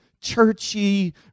churchy